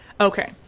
Okay